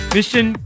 Mission